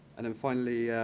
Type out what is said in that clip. and then, finally,